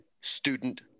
student